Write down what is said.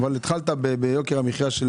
הרי הפחם לא עלה בחודש האחרון.